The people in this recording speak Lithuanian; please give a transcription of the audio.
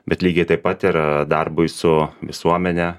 bet lygiai taip pat ir darbui su visuomene